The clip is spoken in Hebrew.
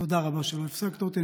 תודה רבה שלא הפסקת אותי.